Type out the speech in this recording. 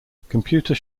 computer